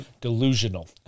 Delusional